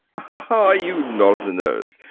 ah, you northerners!